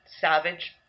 savage